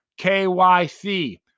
KYC